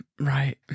right